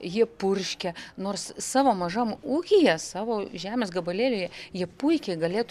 jie purškia nors savo mažam ūkyje savo žemės gabalėlyje jie puikiai galėtų